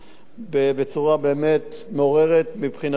הרבה הערכה כלפיך וכלפי הוועדה.